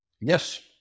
yes